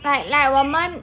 like like 我们